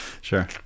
sure